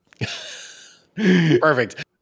Perfect